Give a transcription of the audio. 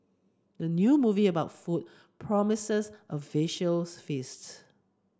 the new movie about food promises a visual feasts